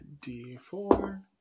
D4